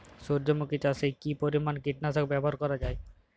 সূর্যমুখি চাষে কি পরিমান কীটনাশক ব্যবহার করা যায়?